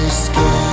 skin